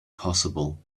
possible